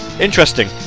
Interesting